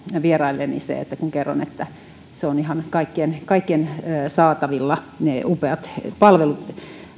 vierailleni kun kerron että ovat ihan kaikkien kaikkien saatavilla ne upeat palvelut